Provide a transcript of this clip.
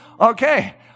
okay